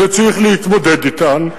שצריך להתמודד אתן,